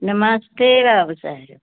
नमस्ते बाबू साहब